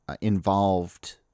involved